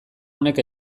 honek